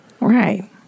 Right